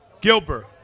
Gilbert